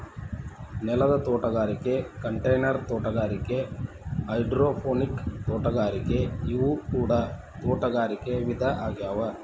ನೆಲದ ತೋಟಗಾರಿಕೆ ಕಂಟೈನರ್ ತೋಟಗಾರಿಕೆ ಹೈಡ್ರೋಪೋನಿಕ್ ತೋಟಗಾರಿಕೆ ಇವು ಕೂಡ ತೋಟಗಾರಿಕೆ ವಿಧ ಆಗ್ಯಾವ